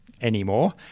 anymore